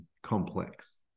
Complex